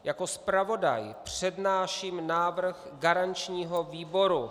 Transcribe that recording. Jako zpravodaj přednáším návrh garančního výboru.